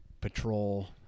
patrol